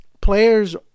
players